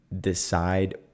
decide